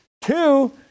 Two